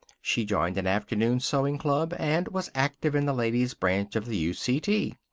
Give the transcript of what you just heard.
she joined an afternoon sewing club, and was active in the ladies' branch of the u c t.